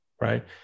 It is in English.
Right